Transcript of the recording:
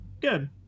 Good